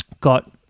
got